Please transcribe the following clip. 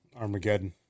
Armageddon